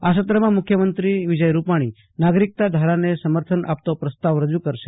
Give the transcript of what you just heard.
આ સત્રમાં મુખ્યમંત્રી વિજય રૂપાણી નાગરિકતા ધારાને સમર્થન આપતો પ્રસ્તાવ રજુ કરશે